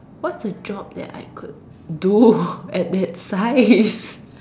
what's a job that I could do at that size